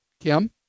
kim